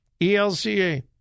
ELCA